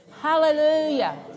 hallelujah